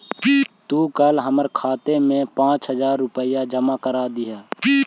तू कल हमर खाते में पाँच हजार रुपए जमा करा दियह